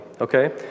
Okay